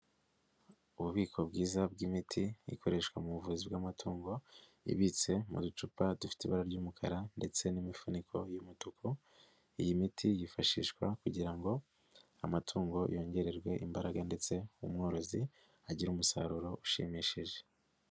Ububiko bwiza bw'imiti, ikoreshwa mu buvuzi bw'amatungo, ibitse mu ducupa dufite ibara ry'umukara ndetse n'imifuniko y'umutuku, iyi miti yifashishwa kugira ngo amatungo yongererwe imbaraga ndetse umworozi agire umusaruro ushimishije.